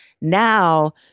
Now